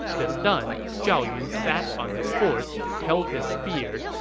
this done, zhao yun sat on his horse, held his spear,